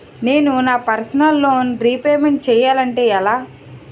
నేను నా personal loan repayment చేయాలంటే ఎలా?